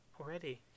already